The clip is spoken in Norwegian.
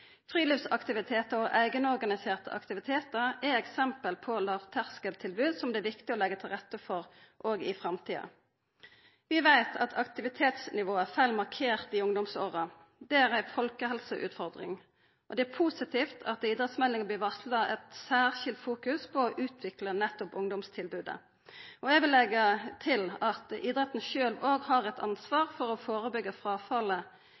Friluftsaktivitetar og eigenorganiserte aktivitetar er eksempel på lågterskeltilbod som det er viktig å leggja til rette for òg i framtida. Vi veit at aktivitetsnivået fell markert i ungdomsåra. Det er ei folkehelseutfordring. Det er positivt at det i idrettsmeldinga blir varsla eit særskilt fokus på å utvikla ungdomstilbodet. Eg vil leggja til at idretten sjølv òg har eit